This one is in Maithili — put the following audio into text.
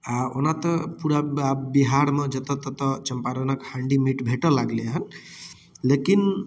आ ओना तऽ पूरा बिहारमे जतऽ ततऽ चंपारणक हांडी मीट भेटऽ लागलनि हँ लेकिन